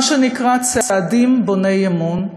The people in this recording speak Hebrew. מה שנקרא צעדים בוני-אמון,